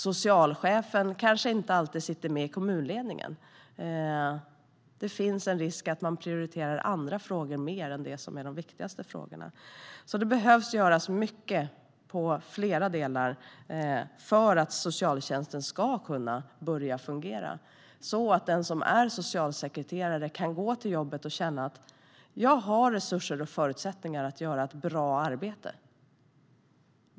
Socialchefen kanske inte alltid sitter med i kommunledningen. Det finns en risk för att man prioriterar andra frågor mer än de viktigaste frågorna. Det behöver göras mycket för att socialtjänsten ska kunna börja fungera. Den som är socialsekreterare ska kunna gå till jobbet och känna att han eller hon har resurser och förutsättningar för att göra ett bra arbete.